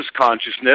consciousness